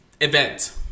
event